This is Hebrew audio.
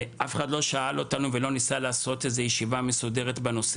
אף אחד לא שאל אותנו ולא ניסה לעשות ישיבה מסודרת בנושא.